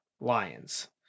Lions